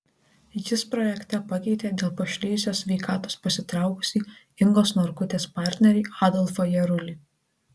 jis projekte pakeitė dėl pašlijusios sveikatos pasitraukusį ingos norkutės partnerį adolfą jarulį